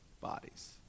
bodies